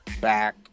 back